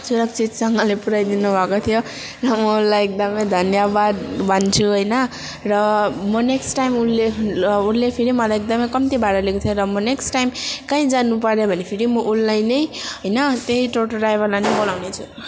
सुरक्षितसँगले पुऱ्याइदिनु भएको थियो र म उसलाई एकदम धन्यवाद भन्छु होइन र म नेक्स्ट टाइम उसले ल उसले फेरि मलाई एकदम कम्ती भाडा लिएको थियो र म नेक्स्ट टाइम काहीँ जानु पऱ्यो भने फेरि म उसलाई नै होइन त्यही टोटो ड्राइभरलाई नै बोलाउने छु